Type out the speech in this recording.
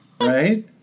Right